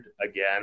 again